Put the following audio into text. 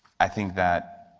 i think that